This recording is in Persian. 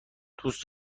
دوست